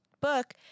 book